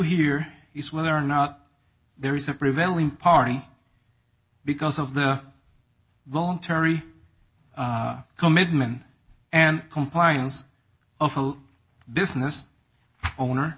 here is whether or not there is a prevailing party because of the voluntary commitment and compliance of a business owner